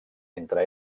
entre